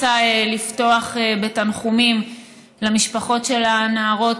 רוצה לפתוח בתנחומים למשפחות של הנערות